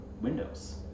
windows